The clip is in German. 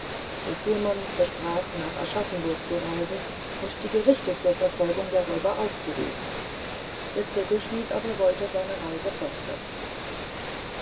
der fuhrmann versprach nach aschaffenburg zu reiten und die gerichte zu verfolgung der räuber aufzurufen der zirkelschmidt aber wollte seine reise fortsetzen